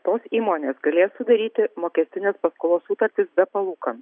tos įmonės galės sudaryti mokestinės paskolos sutartis be palūkanų